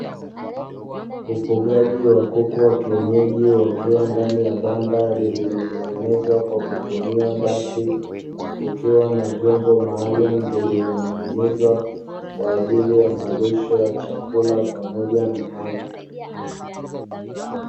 Ufugaji wa kuku wa kienyeji wakiwa ndani ya banda lililotengenezwa kwa kutumia bati, kukiwa na vyombo maalumu vilivyoning'inizwa kwa ajili ya malisho ya chakula pamoja na maji.